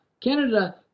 Canada